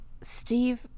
Steve